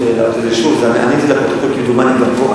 כשביקשו, עניתי לפרוטוקול כמדומני גם על זו,